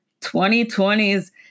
2020's